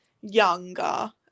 younger